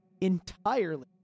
entirely